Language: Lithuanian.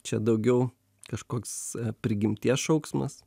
čia daugiau kažkoks prigimties šauksmas